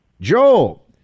Joel